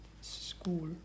school